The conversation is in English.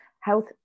health